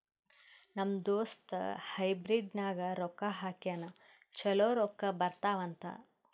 ನಮ್ ದೋಸ್ತ ಹೈಬ್ರಿಡ್ ನಾಗ್ ರೊಕ್ಕಾ ಹಾಕ್ಯಾನ್ ಛಲೋ ರೊಕ್ಕಾ ಬರ್ತಾವ್ ಅಂತ್